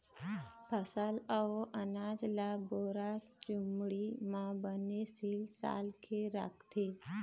फसल अउ अनाज ल बोरा, चुमड़ी म बने सील साल के राखथे